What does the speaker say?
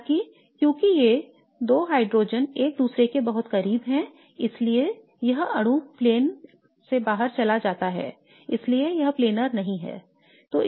हालाँकि क्योंकि ये 2 हाइड्रोजेन एक दूसरे के बहुत करीब हैं इसलिए यह अणु प्लेन से बाहर चला जाता है इसलिए यह प्लेनर नहीं है